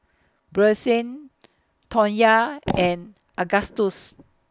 Brycen Tonya and Agustus